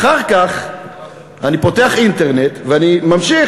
אחר כך אני פותח אינטרנט ואני ממשיך.